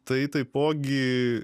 tai taipogi